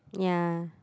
yeah